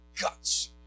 guts